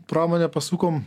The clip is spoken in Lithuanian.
pramonę pasukom